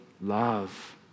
love